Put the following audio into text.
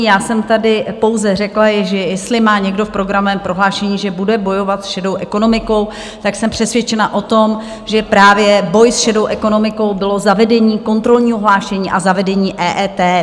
Já jsem tady pouze řekla, že jestli má někdo v programovém prohlášení, že bude bojovat s šedou ekonomikou, tak jsem přesvědčena o tom, že právě boj s šedou ekonomikou bylo zavedení kontrolního hlášení a zavedení EET.